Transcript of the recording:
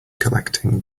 collecting